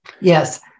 Yes